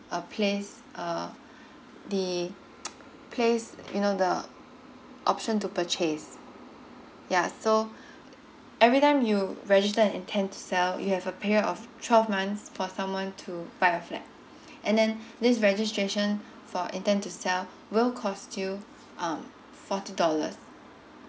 uh place uh the place you know the option to purchase ya so every time you register and intend to sell you have a period of twelve months for someone to buy a flat and then this registration for intend to sell will cost you um forty dollars